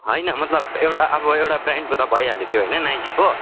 होइन मतलब एउटा अब एउटा ब्रान्डको त भइहाल्यो त्यो होइन नाइकीको